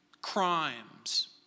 Crimes